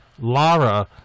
LARA